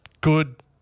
good